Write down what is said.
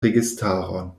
registaron